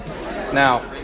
Now